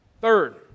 Third